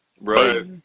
right